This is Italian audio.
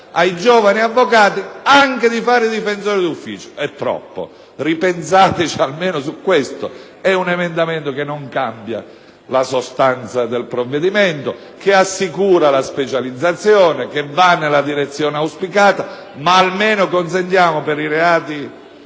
ai giovani avvocati anche di fare i difensori di ufficio. È troppo! Ripensate almeno a questo, perché tale emendamento non cambia la sostanza del provvedimento. Esso assicura la specializzazione, va nella direzione auspicata ma, almeno, consente, per i reati